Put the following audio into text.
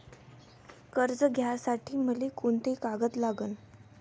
कर्ज घ्यासाठी मले कोंते कागद लागन?